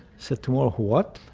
said, tomorrow, what?